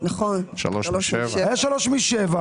היה 3 מ-7.